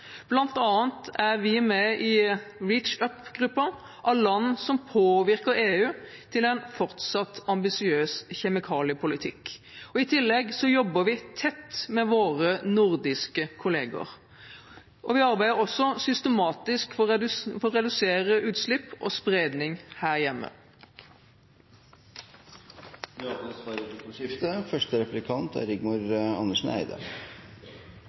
er vi med i REACH-up-gruppen av land som påvirker EU til en fortsatt ambisiøs kjemikaliepolitikk. I tillegg jobber vi tett med våre nordiske kolleger. Vi arbeider også systematisk for å redusere utslipp og spredning her hjemme. Det åpnes for replikkordskifte.